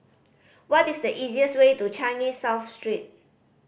what is the easiest way to Changi South Street